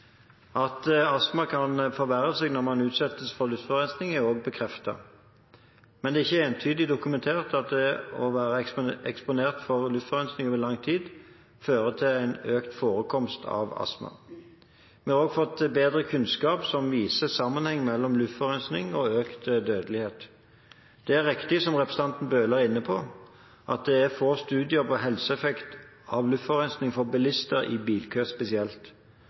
At astma kan forverre seg når man utsettes for luftforurensing, er også bekreftet. Men det er ikke entydig dokumentert at det å være eksponert for luftforurensing over lang tid fører til økt forekomst av astma. Vi har også fått bedre kunnskap som viser sammenheng mellom luftforurensing og økt dødelighet. Det er riktig, som representanten Bøhler er inne på, at det er få studier på helseeffekt av luftforurensing for bilister i bilkø spesielt.